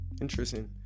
Interesting